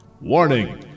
Warning